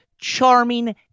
charming